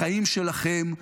החיים שלכם ינצחו.